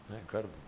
Incredible